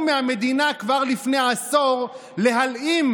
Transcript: אותנו, ובטח שלא רצו להתחתן איתנו.